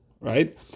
Right